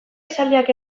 esaldiak